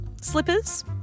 Slippers